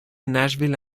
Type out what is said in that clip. nashville